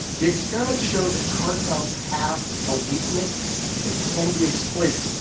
the experiment showed that cartels have a weakness that can be exploited.